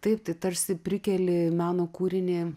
taip tai tarsi prikeli meno kūrinį